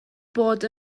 bod